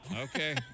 Okay